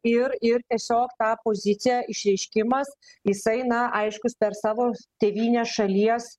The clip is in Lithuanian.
ir ir tiesiog tą poziciją išreiškimas jisai na aiškus per savo tėvynės šalies